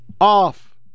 off